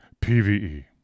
PvE